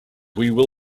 will